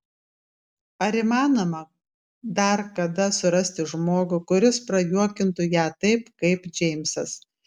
ar įmanoma dar kada surasti žmogų kuris prajuokintų ją taip kaip džeimsas